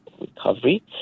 recovery